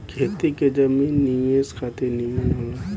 खेती के जमीन निवेश खातिर निमन होला